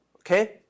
okay